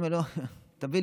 הכול אני